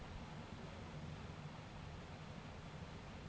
দিলের যে ছময় ছব ইস্টক ব্যবস্থা গুলা থ্যাকে